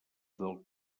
del